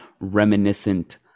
reminiscent